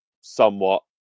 somewhat